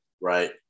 Right